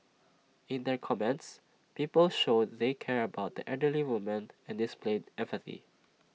in their comments people showed they cared about the elderly woman and displayed empathy